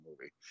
movie